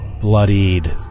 bloodied